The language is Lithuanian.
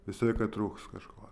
visą laiką trūks kažko